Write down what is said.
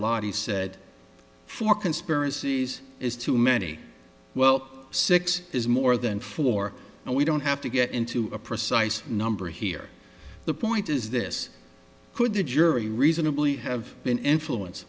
lot he said for conspiracies is too many well six is more than four and we don't have to get into a precise number here the point is this could the jury reasonably have been influenced